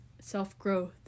self-growth